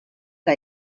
que